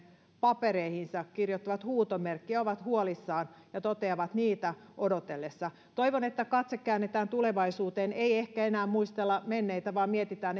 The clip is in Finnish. papereihinsa kirjoittavat huutomerkkejä ovat huolissaan ja toteavat että niitä odotellessa toivon että katse käännetään tulevaisuuteen ja ei ehkä enää muistella menneitä vaan mietitään